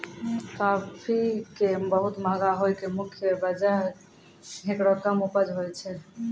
काफी के बहुत महंगा होय के मुख्य वजह हेकरो कम उपज होय छै